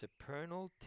supernal